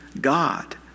God